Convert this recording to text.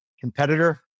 competitor